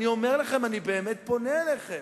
אני אומר לכם, אני באמת פונה אליכם: